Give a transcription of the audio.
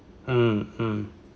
hmm hmm